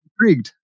intrigued